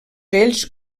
ells